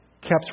kept